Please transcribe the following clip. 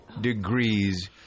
degrees